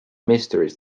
mysteries